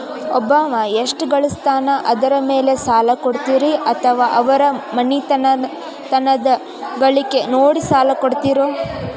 ಒಬ್ಬವ ಎಷ್ಟ ಗಳಿಸ್ತಾನ ಅದರ ಮೇಲೆ ಸಾಲ ಕೊಡ್ತೇರಿ ಅಥವಾ ಅವರ ಮನಿತನದ ಗಳಿಕಿ ನೋಡಿ ಸಾಲ ಕೊಡ್ತಿರೋ?